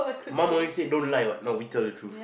mum always say don't lie what no we tell the truth